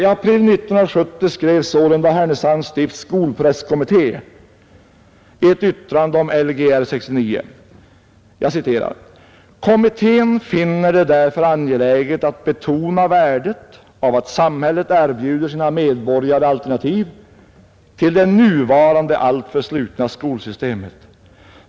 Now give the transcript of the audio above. I april 1970 skrev sålunda Härnösands stifts skolprästkommitté i ett yttrande om Lgr 69: ”Kommittén finner det därför angeläget att betona värdet av att samhället erbjuder sina medborgare alternativ till det nuvarande alltför slutna skolsystemet.